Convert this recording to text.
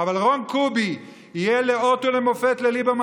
אבל רון קובי יהיה לאות ולמופת לליברמן